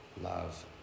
love